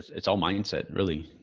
it's all mindset. really.